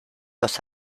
los